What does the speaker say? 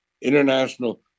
international